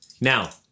Now